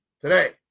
today